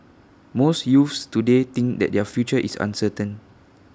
most youths today think that their future is uncertain